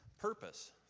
purpose